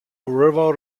river